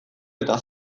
eta